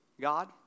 God